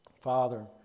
Father